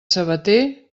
sabater